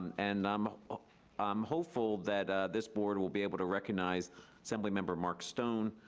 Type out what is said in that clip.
and i'm ah um hopeful that this board will be able to recognize assembly member mark stone,